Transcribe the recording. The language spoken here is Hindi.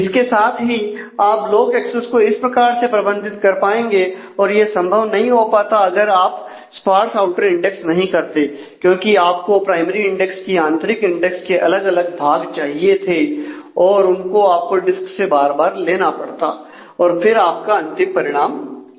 इसके साथ ही आप ब्लॉक एक्सेस को इस प्रकार से प्रबंधित कर पाएंगे और यह संभव नहीं हो पाता अगर आप स्पार्स आउटर इंडेक्स नहीं करते क्योंकि आपको प्राइमरी इंडेक्स की आंतरिक इंडेक्स के अलग अलग भाग चाहिए थे और उनको आपको डिस्क से बार बार लेना पड़ता और फिर आपका अंतिम परिणाम आता